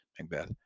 Macbeth